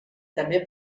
també